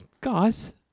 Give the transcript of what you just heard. guys